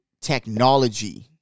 technology